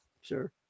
sure